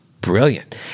brilliant